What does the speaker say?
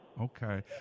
Okay